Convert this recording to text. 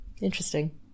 Interesting